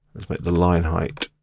let's make the line height